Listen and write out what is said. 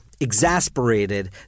exasperated